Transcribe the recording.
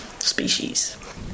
species